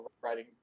writing